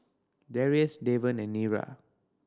Drrius Davon and Nira